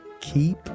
Keep